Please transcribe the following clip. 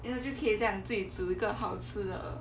我就可以这样自己煮一个好吃的